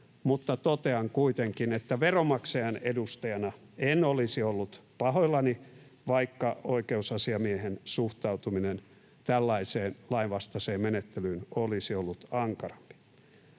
totean kuitenkin, että veronmaksajien edustajana en olisi ollut pahoillani, vaikka oikeusasiamiehen suhtautuminen tällaiseen lainvastaiseen menettelyyn olisi ollut ankarampi.